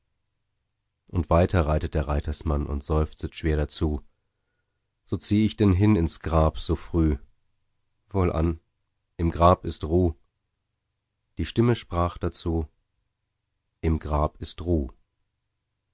und weiter reitet der reitersmann und seufzet schwer dazu so zieh ich denn hin ins grab so früh wohlan im grab ist ruh die stimme sprach dazu im grab ist ruh